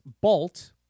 Bolt